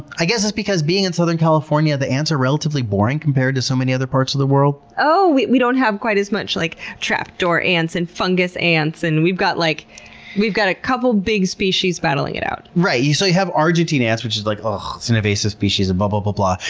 i guess it's because being in southern california, the ants are relatively boring compared to so many other parts of the world. oh! we we don't have quite as much like trapdoor ants and fungus ants and we've got like we've got a couple of big species battling it out. right. you so have argentine ants, which is like, ugh. it's an invasive species of blah blah, blah blah,